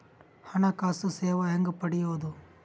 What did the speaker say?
ಹಣಕಾಸು ಸೇವಾ ಹೆಂಗ ಪಡಿಯೊದ?